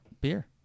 beer